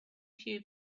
few